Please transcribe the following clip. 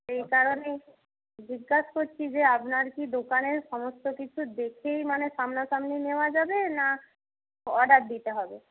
সেই কারণেই জিজ্ঞাসা করছি যে আপনার কি দোকানের সমস্ত কিছু দেখেই মানে সামনাসামনি নেওয়া যাবে না অর্ডার দিতে হবে